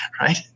Right